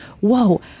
whoa